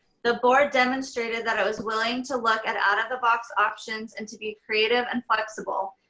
the board demonstrated that i was willing to look at out of the box options and to be creative and flexible.